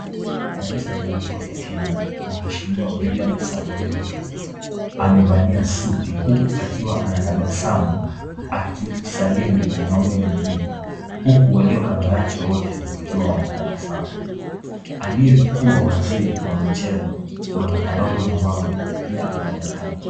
Rais wa jamhuri ya Kenya mheshimiwa William Samoei Ruto amevalia suti huku akiwa anatabasamu akisalimu mwanaume mwingine huku walio kando yake wote wakiwa wanatabasamu. Aliyekuwa waziri wa michezo bwana Ababu Namwamba pia anaonekana.